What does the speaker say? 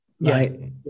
right